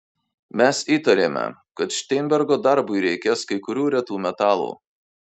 mes įtarėme kad šteinbergo darbui reikės kai kurių retų metalų